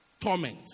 torment